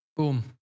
boom